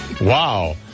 Wow